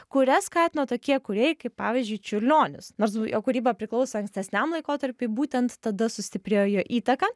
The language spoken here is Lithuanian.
kurias skatino tokie kūrėjai kaip pavyzdžiui čiurlionis nors jo kūryba priklauso ankstesniam laikotarpiui būtent tada sustiprėjo jo įtaka